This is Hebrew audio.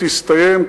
תסתיים,